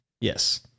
Yes